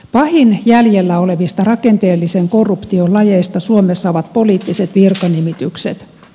pahin jäljellä olevista rakenteellisen korruption lajeista suomessa on poliittiset virkanimitykset